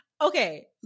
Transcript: Okay